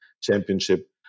Championship